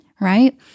right